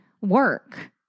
work